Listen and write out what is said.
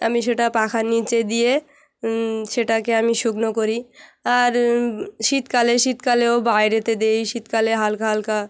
আমি সেটা পাখার নিচে দিয়ে সেটাকে আমি শুকনো করি আর শীতকালে শীতকালেও বাইরেতে দিই শীতকালে হালকা হালকা